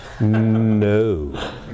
No